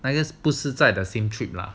I guess 不是在 the same trip lah